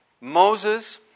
Moses